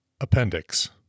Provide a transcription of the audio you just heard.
Appendix